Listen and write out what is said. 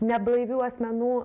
neblaivių asmenų